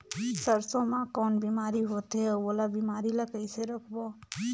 सरसो मा कौन बीमारी होथे अउ ओला बीमारी ला कइसे रोकबो?